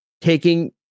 taking